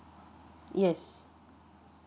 yes